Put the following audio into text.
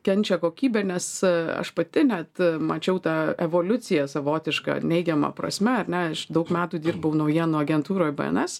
kenčia kokybė nes aš pati net mačiau tą evoliuciją savotišką neigiama prasme ar ne aš daug metų dirbau naujienų agentūroj bns